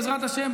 בעזרת השם,